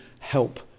help